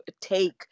take